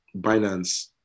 Binance